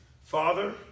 Father